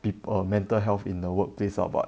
people err mental health in the workplace ah but